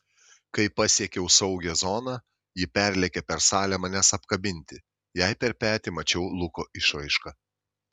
kai pasiekiau saugią zoną ji perlėkė per salę manęs apkabinti jai per petį mačiau luko išraišką